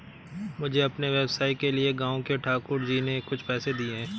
मुझे अपने व्यवसाय के लिए गांव के ठाकुर जी ने कुछ पैसे दिए हैं